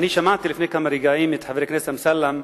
שמעתי לפני כמה רגעים את חבר הכנסת אמסלם,